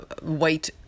white